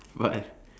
what